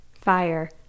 fire